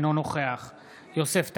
אינו נוכח יוסף טייב,